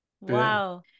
Wow